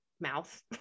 mouth